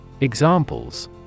Examples